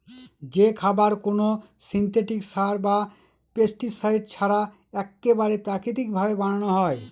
যে খাবার কোনো সিনথেটিক সার বা পেস্টিসাইড ছাড়া এক্কেবারে প্রাকৃতিক ভাবে বানানো হয়